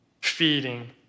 feeding